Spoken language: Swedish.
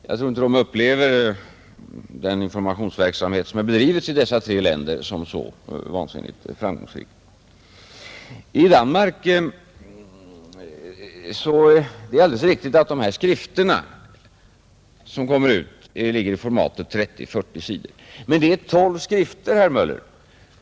Jag tror inte de upplever den informationsverksamhet som bedrivits i dessa tre länder som så förfärligt framgångsrik. Det är alldeles riktigt att de skrifter som kommer ut i Danmark ligger i formatet 30—40 sidor. Men det är tolv skrifter, herr Möller.